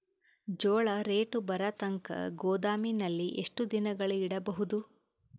ಜೋಳ ರೇಟು ಬರತಂಕ ಗೋದಾಮಿನಲ್ಲಿ ಎಷ್ಟು ದಿನಗಳು ಯಿಡಬಹುದು?